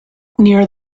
near